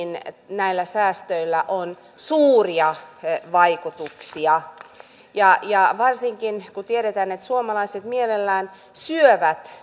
näillä säästöillä on suuria vaikutuksia varsinkin kun tiedetään että suomalaiset mielellään syövät